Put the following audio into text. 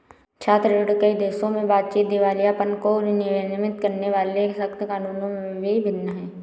छात्र ऋण, कई देशों में बातचीत, दिवालियापन को विनियमित करने वाले सख्त कानूनों में भी भिन्न है